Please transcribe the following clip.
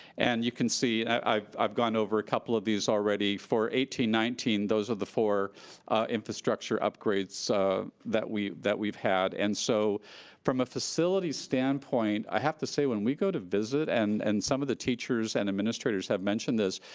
and you can see i've i've gone over a couple of these already. for eighteen nineteen, those are the four infrastructure upgrades so that we've had and so from a facility standpoint, i have to say, when we go to visit, and and some of the teachers and administrators have mentioned this,